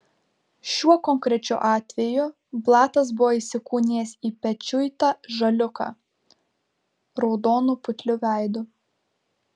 šiuo konkrečiu atveju blatas buvo įsikūnijęs į pečiuitą žaliūką raudonu putliu veidu